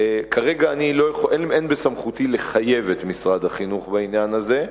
כרגע אין בסמכותי לחייב את משרד החינוך בעניין הזה.